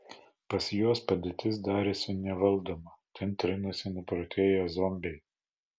pas juos padėtis darėsi nevaldoma ten trinasi nuprotėję zombiai